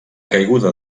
caiguda